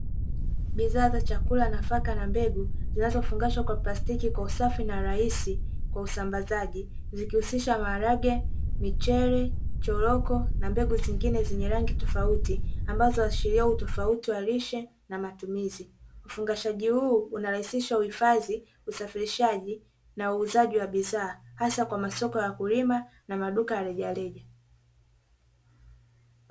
Bidhaa za: chakula, nafaka na mbegu zinazofungashwa kwa plastiki kwa usafi na rahisi kwa usambazaji; zikihusisha: maharage, michele, choroko na mbegu zingine zenye rangi tofauti ambazo huashiria utofauti wa rishe na matumizi; ufungashaji huu unarahisisha: uhifadhi, usafirishaji na uuzaji wa bidhaa hasa kwa masoko ya wakulima na maduka ya rejareja.